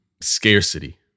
scarcity